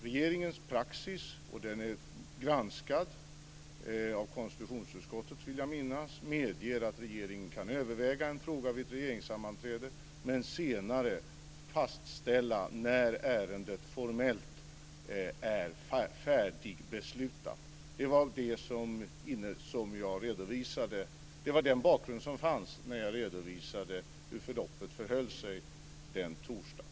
Regeringens praxis, och den är granskad av konstitutionsutskottet, vill jag minnas, medger att regeringen kan överväga en fråga vid ett regeringssammanträde, men senare fastställa när ärendet formellt är färdigbeslutat. Det var den bakgrund som fanns när jag redovisade hur förloppet förhöll sig den torsdagen.